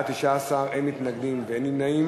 בעד 19. אין מתנגדים ואין נמנעים.